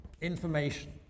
information